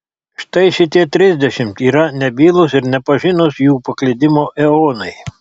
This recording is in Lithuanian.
štai šitie trisdešimt yra nebylūs ir nepažinūs jų paklydimo eonai